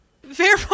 fair